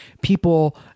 People